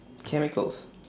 chemicals